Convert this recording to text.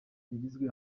yagizwe